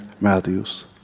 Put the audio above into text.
Matthews